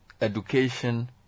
education